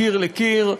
מקיר לקיר,